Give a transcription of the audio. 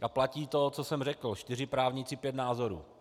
A platí to, co jsem řekl čtyři právníci, pět názorů.